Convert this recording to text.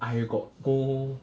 I got go